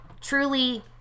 Truly